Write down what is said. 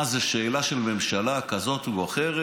מה זו שאלה של ממשלה כזאת או אחרת?